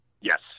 Yes